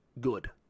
good